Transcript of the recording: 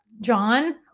John